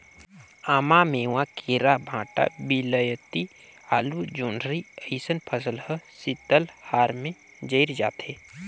आमा, मेवां, केरा, भंटा, वियलती, आलु, जोढंरी अइसन फसल हर शीतलहार में जइर जाथे